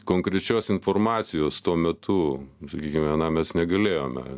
konkrečios informacijos tuo metu sakykime na mes negalėjome